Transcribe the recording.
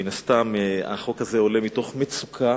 מן הסתם, החוק הזה עולה מתוך מצוקה.